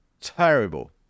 terrible